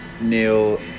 Neil